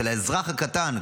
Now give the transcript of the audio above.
של האזרח הקטן,